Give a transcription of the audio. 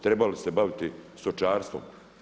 Trebali bi se baviti stočarstvom.